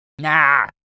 Nah